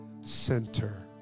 Center